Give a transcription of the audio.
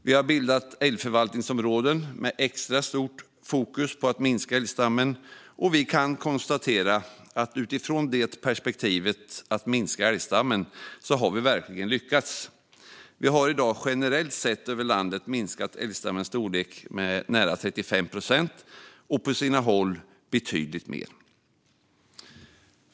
Vi har bildat älgförvaltningsområden med extra stort fokus på att minska älgstammen, och vi kan konstatera att utifrån perspektivet att minska älgstammen har vi verkligen lyckats. I dag har generellt sett över landet älgstammens storlek minskat med nära 35 procent, och på sina håll betydligt mer.